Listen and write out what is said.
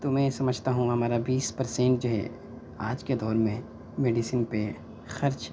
تو میں سمجھتا ہوں ہمارا بیس پرسینٹ جو ہے آج کے دور میں میڈسین پہ خرچ